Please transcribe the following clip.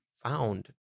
found